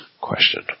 question